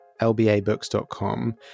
lbabooks.com